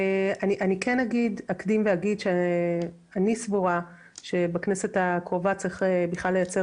אני אקדים ואומר שאני סבורה שבכנסת הקרובה צריך לייצר